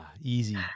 Easy